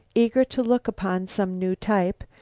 eager to look upon some new type,